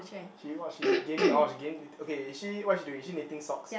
she !wah! she gaming orh she gaming okay is she what is she doing is she knitting socks